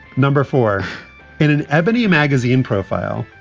number four in an ebony magazine profile.